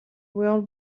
will